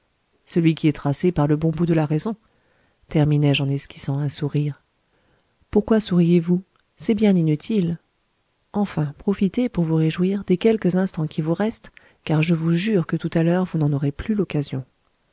celui qui est tracé par le bon bout de la raison terminai je en esquissant un sourire pourquoi souriez-vous c'est bien inutile enfin profitez pour vous réjouir des quelques instants qui vous restent car je vous jure que tout à l'heure vous n'en aurez plus l'occasion